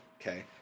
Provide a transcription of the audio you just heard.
Okay